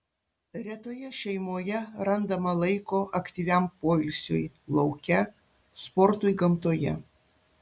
retoje šeimoje randama laiko aktyviam poilsiui lauke sportui gamtoje